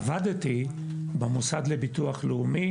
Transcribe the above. עבדתי במוסד לביטוח לאומי